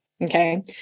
Okay